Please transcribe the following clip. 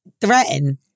threaten